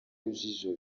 urujijo